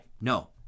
no